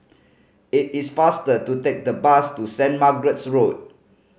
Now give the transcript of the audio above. it is faster to take the bus to Saint Margaret's Road